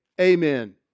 amen